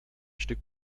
stück